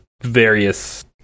various